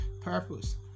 purpose